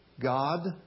God